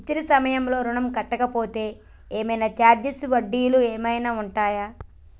ఇచ్చిన సమయంలో ఋణం కట్టలేకపోతే ఏమైనా ఛార్జీలు వడ్డీలు ఏమైనా ఉంటయా?